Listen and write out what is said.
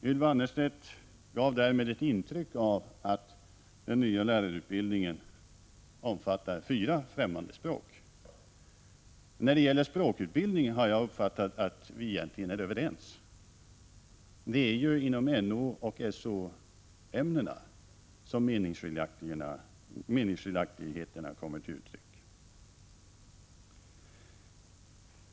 Ylva Annerstedt gav därmed ett intryck av att den nya lärarutbildningen omfattar fyra främmande språk. När det gäller språkutbildningen har jag uppfattat att vi egentligen är överens. Det är ju i fråga om NO och SO-ämnena som meningsskiljaktigheterna kommer till uttryck.